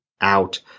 out